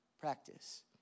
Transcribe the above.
practice